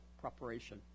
preparation